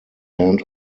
end